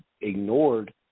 ignored